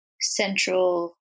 central